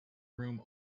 room